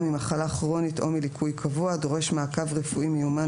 ממחלה כרונית או מליקוי קבוע הדורש מעקב רפואי מיומן